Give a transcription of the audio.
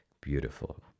Beautiful